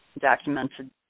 documented